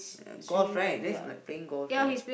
golf right that's like playing golf right